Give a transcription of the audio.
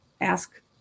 ask